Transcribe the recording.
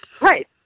Right